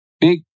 big